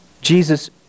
Jesus